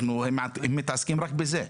הם מתעסקים רק בזה,